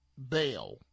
Bail